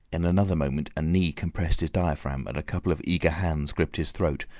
in another moment a knee compressed his diaphragm, and a couple of eager hands gripped his throat,